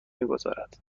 میگذارد